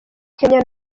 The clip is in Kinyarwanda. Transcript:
kenya